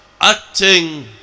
acting